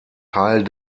teil